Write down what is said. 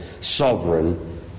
sovereign